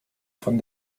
von